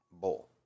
bowl